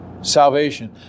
Salvation